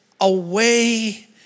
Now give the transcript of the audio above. away